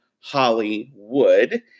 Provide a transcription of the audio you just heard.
hollywood